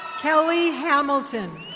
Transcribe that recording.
kellie hamilton.